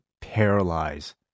paralyze